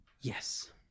Yes